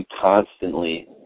constantly